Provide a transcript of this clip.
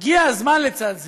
הגיע הזמן, לצד זה,